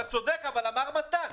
אתה צודק אבל אמר מתן,